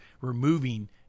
removing